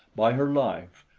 by her life,